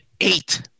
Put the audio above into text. eight